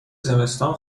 زمستان